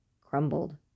crumbled